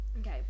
okay